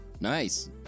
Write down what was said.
nice